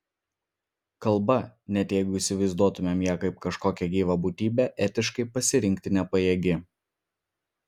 kalba net jeigu įsivaizduotumėm ją kaip kažkokią gyvą būtybę etiškai pasirinkti nepajėgi